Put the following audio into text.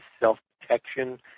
self-protection